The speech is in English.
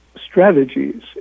strategies